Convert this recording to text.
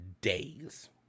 days